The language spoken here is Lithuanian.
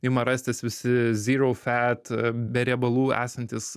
ima rastis visi zero fat be riebalų esantys